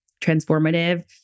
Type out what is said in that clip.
transformative